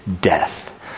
death